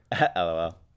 LOL